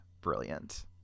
brilliant